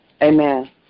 amen